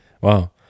Wow